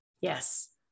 Yes